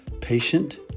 patient